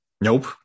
Nope